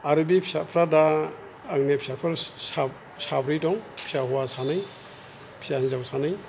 आरो बि फिसाफ्रा दा आंनि फिसाफोर साब्रै दं फिसा हौवा सानै फिसा हिन्जाव सानै